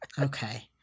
okay